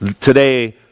Today